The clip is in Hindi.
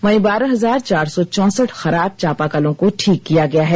वहीं बारह हजार चार सौ चौंसठ खराब चापाकलों को ठीक किया गया है